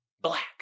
Black